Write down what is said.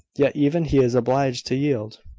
yet even he is obliged to yield.